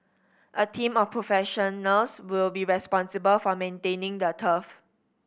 a team of professionals will be responsible for maintaining the turf